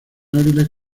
hábiles